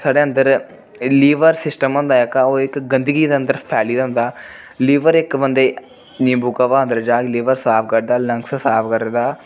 साढ़े अंदर liver system होंदा जेह्का ओह् इक गंदगी दे अंदर फैली दा होंदा लीवर इक बंदे गी नींबू काह्वा अंदर जाह्ग लीवर साफ़ करदा लंग्स साफ़ करदा